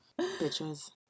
bitches